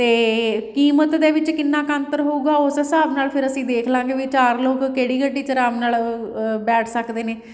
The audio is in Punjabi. ਅਤੇ ਕੀਮਤ ਦੇ ਵਿੱਚ ਕਿੰਨਾ ਕੁ ਅੰਤਰ ਹੋਊਗਾ ਉਸ ਹਿਸਾਬ ਨਾਲ ਫੇਰ ਅਸੀਂ ਦੇਖ ਲਵਾਂਗੇ ਵੀ ਚਾਰ ਲੋਕ ਕਿਹੜੀ ਗੱਡੀ 'ਚ ਆਰਾਮ ਨਾਲ ਬੈਠ ਸਕਦੇ ਨੇ